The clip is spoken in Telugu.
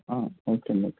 ఆ ఓకే అండి